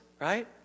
right